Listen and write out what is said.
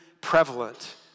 prevalent